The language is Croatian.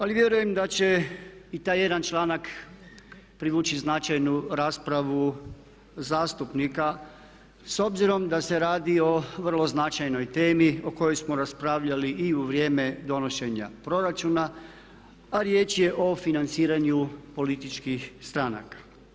Ali vjerujem da će i taj jedan članak privući značajnu raspravu zastupnika s obzirom da se radi o vrlo značajnoj temi o kojoj smo raspravljali i u vrijeme donošenja proračuna a riječ je o financiranju političkih stranaka.